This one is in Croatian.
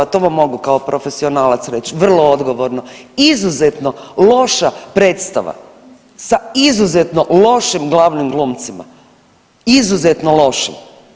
To vam mogu kao profesionalac reći, vrlo odgovorno, izuzetno loša predstava, sa izuzetno lošim glavnim glumcima, izuzetno lošim.